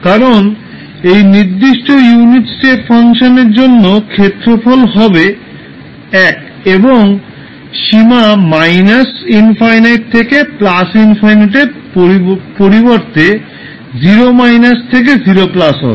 কারণ এই নির্দিষ্ট ইউনিটের স্টেপ ফাংশান এর জন্য ক্ষেত্রফল হবে 1 এবং সীমা ∞ থেকে ∞ এর পরিবর্তে 0 থেকে 0 হবে